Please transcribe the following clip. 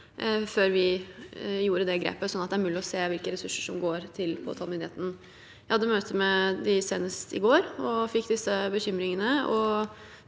før vi gjorde det grepet – sånn at det er mulig å se hvilke ressurser som går til påtalemyndigheten. Jeg hadde et møte med dem senest i går og fikk disse bekymringene.